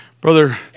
Brother